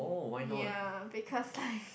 yea because like